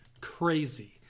crazy